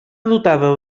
dotada